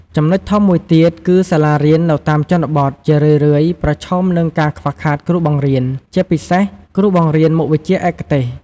ចំនុចធំមួយទៀត គឺសាលារៀននៅតាមជនបទជារឿយៗប្រឈមនឹងការខ្វះខាតគ្រូបង្រៀន ជាពិសេសគ្រូបង្រៀនមុខវិជ្ជាឯកទេស។